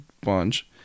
bunch